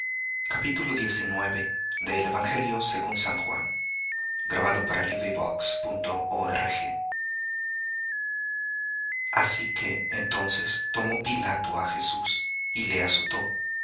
así que entonces tomó pilato á jesús y le azotó